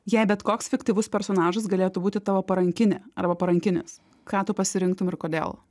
jei bet koks fiktyvus personažas galėtų būti tavo parankinė arba parankinis ką tu pasirinktum ir kodėl